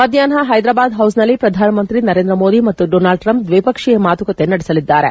ಮಧ್ಯಾಷ್ನ ಪೈದರಾಬಾದ್ ಪೌಸ್ನಲ್ಲಿ ಪ್ರಧಾನಮಂತ್ರಿ ನರೇಂದ್ರ ಮೋದಿ ಮತ್ತು ಡೊನಾಲ್ಡ್ ಟ್ರಂಪ್ ದ್ವಿಪಕ್ಷೀಯ ಮಾತುಕತೆ ನಡೆಸಲಿದ್ದಾರೆ